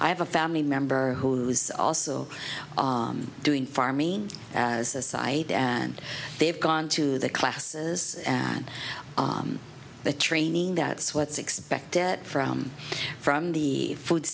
i have a family member who's also doing farming as a side and they've gone to the classes and the training that sweats expect it from from the food